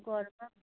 गरममा